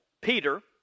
Peter